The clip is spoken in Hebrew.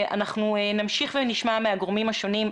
אנחנו נמשיך ונשמע מהגורמים השונים.